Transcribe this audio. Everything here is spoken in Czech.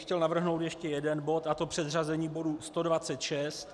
Chtěl bych navrhnout ještě jeden bod, a to předřazení bodu 126.